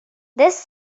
this